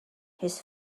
his